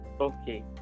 Okay